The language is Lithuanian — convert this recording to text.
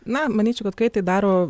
na manyčiau kad kai tai daro